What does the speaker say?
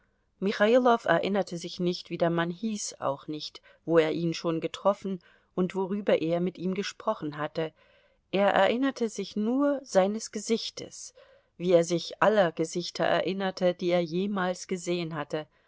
michailow erinnerte sich nicht wie der mann hieß auch nicht wo er ihn schon getroffen und worüber er mit ihm gesprochen hatte er erinnerte sich nur seines gesichtes wie er sich aller gesichter erinnerte die er jemals gesehen hatte